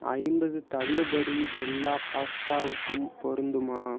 ஐம்பது தள்ளுபடி எல்லா பாஸ்தாவுக்கும் பொருந்துமா